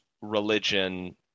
religion